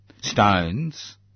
stones